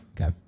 Okay